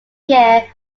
year